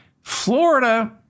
Florida